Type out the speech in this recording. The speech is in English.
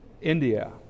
India